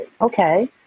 Okay